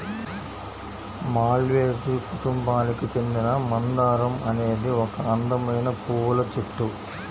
మాల్వేసి కుటుంబానికి చెందిన మందారం అనేది ఒక అందమైన పువ్వుల చెట్టు